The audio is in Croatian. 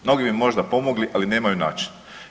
Mnogi bi možda pomogli ali nemaju način.